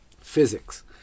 physics